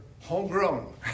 homegrown